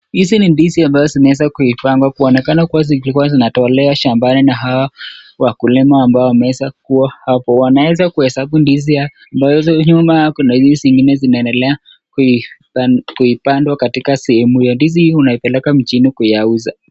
Hizi ni ndizi ambazo zimeweza kuipangwa, kuonekana kuwa zilikuwa zinatolewa shambani na hawa wakulima ambao wameweza kuwa hapo. Wanaweza kuhesabu ndozi ambazo nyuma kuna ndizi zingine amabzo zinaendelea kuipandwa katika sekemu hiyo. Ndizi hii unaipeleka mjini kuyauza.